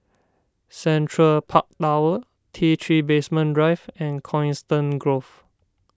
Central Park Tower T three Basement Drive and Coniston Grove